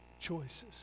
choices